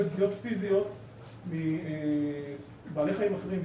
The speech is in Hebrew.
והן לפגיעות פיזיות מבעלי חיים אחרים,